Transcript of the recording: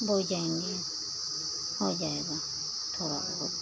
बोइ जाएँगे हो जाएगा थोड़ा बहुत